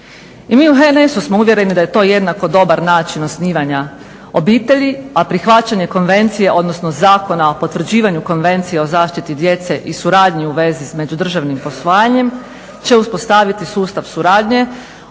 I mi u HNS-u smo uvjereni da je to jednako dobar način osnivanja obitelji a prihvaćanje konvencije, odnosno Zakona o potvrđivanju Konvencije o zaštiti djece i suradnji u vezi s međudržavnim posvajanjem će uspostaviti sustav suradnje,